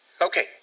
Okay